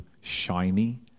shiny